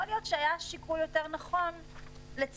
יכול להיות שהיה שיקול יותר נכון לצמצם